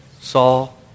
Saul